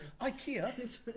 Ikea